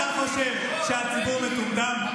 אתה חושב שהציבור מטומטם?